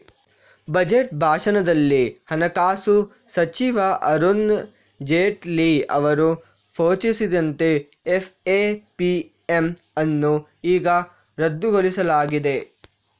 budget ಭಾಷಣದಲ್ಲಿ ಹಣಕಾಸು ಸಚಿವ ಅರುಣ್ ಜೇಟ್ಲಿ ಅವರು ಘೋಷಿಸಿದಂತೆ ಎಫ್.ಐ.ಪಿ.ಎಮ್ ಅನ್ನು ಈಗ ರದ್ದುಗೊಳಿಸಲಾಗಿದೆ